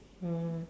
oh